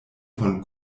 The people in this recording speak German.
von